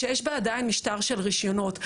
שיש בה עדיין משטר של רשיונות.